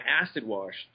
acid-washed